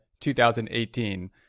2018